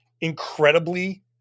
incredibly